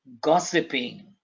gossiping